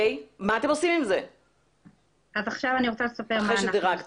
מה אתם עושים עם זה אחרי שדירגתם?